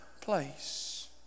place